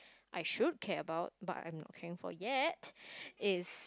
I should care about but I'm not caring for yet it's